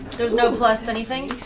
there's no plus anything?